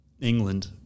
england